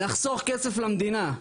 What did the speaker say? לחסוך כסף למדינה.